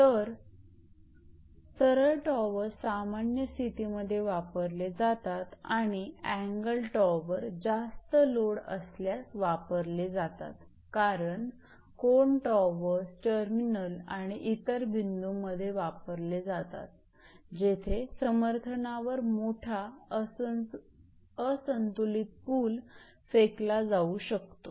तर सरळ टॉवर्स सामान्य स्थितीमध्ये वापरले जातात आणि अँगल टॉवर जास्त लोड असल्यास वापरले जातात कारण कोन टॉवर्स टर्मिनल आणि इतर बिंदूंमध्ये वापरले जातात जेथे समर्थनावर मोठा असंतुलित पुल फेकला जाऊ शकतो